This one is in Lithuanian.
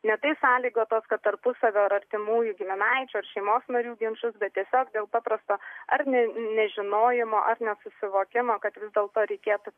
ne tai sąlygotos tarpusavio ar artimųjų giminaičių ar šeimos narių ginčus bet tiesiog dėl paprasto ar ne nežinojimo ar nesusivokimo kad vis dėlto reikėtų